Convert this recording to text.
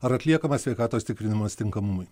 ar atliekamas sveikatos tikrinimas tinkamumui